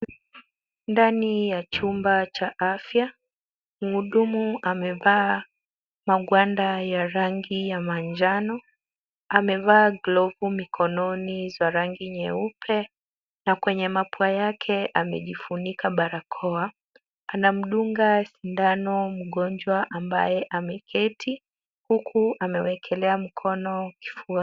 Ndani ya chumba cha afya mhudumu amevaa magwanda ya rangi ya manjano, amevaa glavu mikononi za rangi nyeupe na kwenye mapua yake amejifunika barakoa. Anamdunga sindano mgonjwa ambaye ameketi huku amewekelea mkono kifuani.